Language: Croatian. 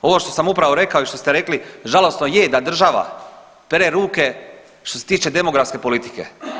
Ovo što sam upravo rekao i što ste rekli žalosno je da država pere ruke što se tiče demografske politike.